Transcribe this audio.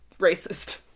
racist